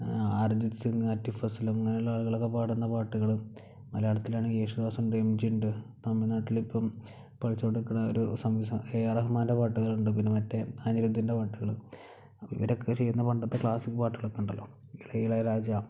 ആർജിത് സിംഗ് ആതിഫ് അസ്ലം അങ്ങനെയുള്ള ആളുകളൊക്കെ പാടുന്ന പാട്ടുകൾ മലയാളത്തിലാണ് യേശുദാസ് ഉണ്ട് എംജി ഉണ്ട് തമിഴ്നാട്ടിൽ ഇപ്പം പഠിച്ചു കൊണ്ടിരിക്കുന്ന ഒരു സംവിധായകൻ എ ആർ റഹ്മാൻ്റെ പാട്ടുകൾ ഉണ്ട് പിന്നെ മറ്റേ അനിരുദ്ധിൻ്റെ പാട്ടുകൾ ഇവരൊക്കെ ചെയ്യുന്ന പണ്ടത്തെ ക്ലാസ്സിക്കൽ പാട്ടുകളൊക്കെ ഉണ്ടല്ലോ ഇളയ രാജ